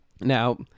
Now